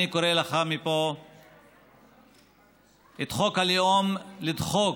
אני קורא לך מפה את חוק הלאום לדחוק.